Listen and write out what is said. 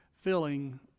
filling